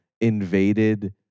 invaded